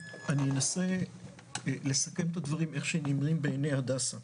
אני אנסה לסכם את הדברים איך שהם נראים בעיני הדסה,